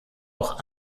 auch